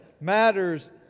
matters